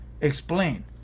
explain